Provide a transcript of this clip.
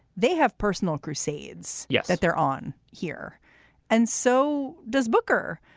they have personal crusades. yeah that they're on here and so does booker.